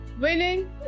winning